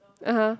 (uh huh)